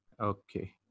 Okay